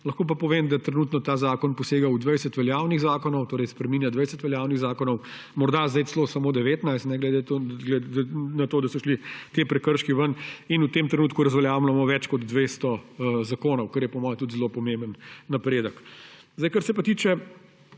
Lahko pa povem, da trenutno ta zakon posega v dvajset veljavnih zakonov, torej spreminja dvajset veljavnih zakonov. Morda zdaj samo 19, ker so šli ti prekrški ven. In v tem trenutku razveljavljamo več kot 200 zakonov, kar je po mojem mnenju tudi zelo pomemben napredek. Kar se pa tiče